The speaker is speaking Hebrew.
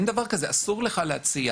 אסור לך להציע